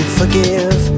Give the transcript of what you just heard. forgive